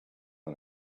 and